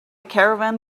caravan